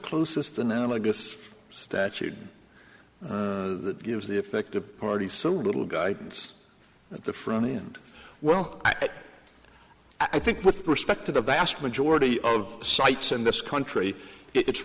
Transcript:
closest analogous statute that gives the effect of party so little guidance at the front end well i think with respect to the vast majority of sites in this country it's